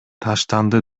таштанды